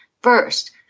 first